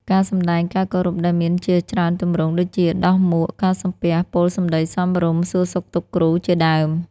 ការសម្តែងការគោរពដែលមានជាច្រើនទម្រង់ ដូចជាដោះមួក ការសំពះ ពោលសម្តីសមរម្យ សួរសុខទុក្ខគ្រូ ជាដើម។